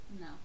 No